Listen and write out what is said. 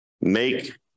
Make